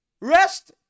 Rest